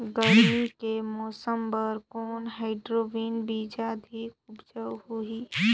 गरमी के मौसम बर कौन हाईब्रिड बीजा अधिक उपज होही?